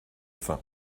faim